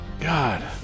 God